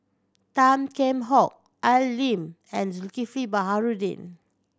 Tan Kheam Hock Al Lim and Zulkifli Baharudin